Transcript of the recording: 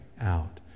out